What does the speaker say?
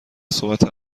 صحبت